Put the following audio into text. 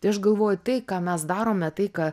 t aš galvoju tai ką mes darome tai ką